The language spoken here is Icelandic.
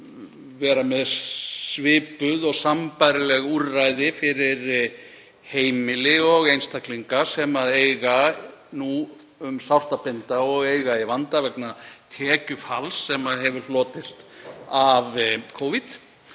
væru með svipuð og sambærileg úrræði fyrir heimili og einstaklinga sem eiga nú um sárt að binda og eiga í vanda vegna tekjufalls sem hlotist hefur